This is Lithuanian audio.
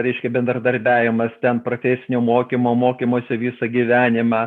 reiškia bendradarbiavimas ten profesinio mokymo mokymosi visą gyvenimą